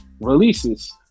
releases